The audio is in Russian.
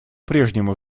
прежнему